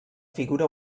figura